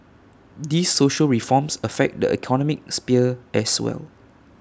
these social reforms affect the economic sphere as well